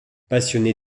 passionnée